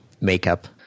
makeup